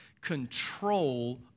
control